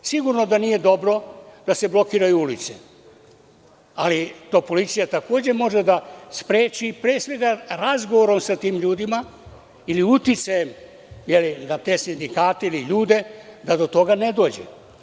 Sigurno da nije dobro da se blokiraju ulice, a to policija takođe može spreči pre svega razgovorom sa tim ljudima ili uticajem na te sindikate ili ljude, da do toga ne dođe.